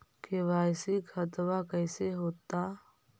KYC खतबा कैसे होता?